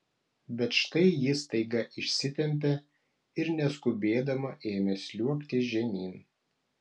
bet štai ji staiga išsitempė ir neskubėdama ėmė sliuogti žemyn